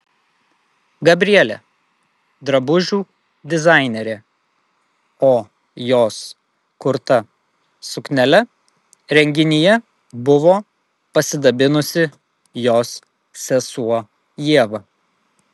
gabrielė drabužių dizainerė o jos kurta suknele renginyje buvo pasidabinusi jos sesuo ieva